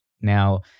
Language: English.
Now